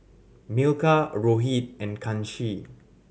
Milkha Rohit and Kanshi